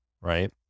Right